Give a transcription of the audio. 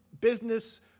business